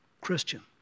Christian